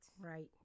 right